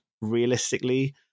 realistically